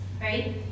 right